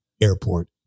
airport